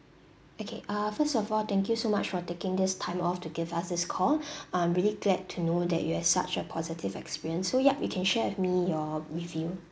okay ah first of all thank you so much for taking this time off to give us this call I'm really glad to know that you had such a positive experience so yup you can share with me your review